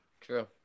True